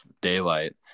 daylight